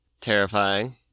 Terrifying